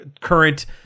current